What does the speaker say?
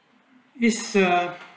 is a